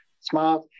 smart